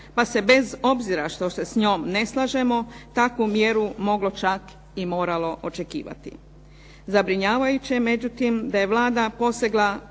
pa se bez obzira što se s njom ne slažemo takvu mjeru moglo čak i moralo očekivati. Zabrinjavajuće je, međutim, da je Vlada posegla